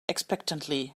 expectantly